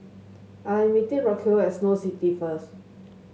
I am meeting Racquel at Snow City first